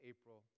April